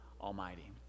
Almighty